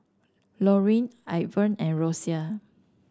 Lorin Ivan and Rosia